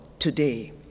today